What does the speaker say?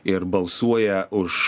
ir balsuoja už